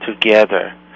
together